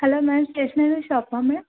hello ma'am stationery షాపా ma'am